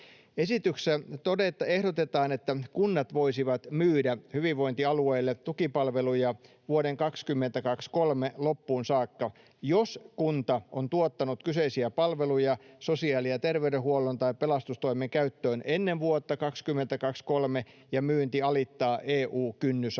Esityksessä ehdotetaan, että kunnat voisivat myydä hyvinvointialueille tukipalveluja vuoden 2023 loppuun saakka, jos kunta on tuottanut kyseisiä palveluja sosiaali- ja terveydenhuollon tai pelastustoimen käyttöön ennen vuotta 2023 ja myynti alittaa EU-kynnysarvot.